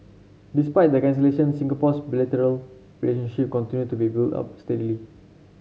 despite the cancellation Singapore's bilateral relationship continued to be built up steadily